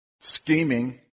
scheming